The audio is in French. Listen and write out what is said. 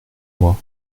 mois